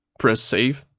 press save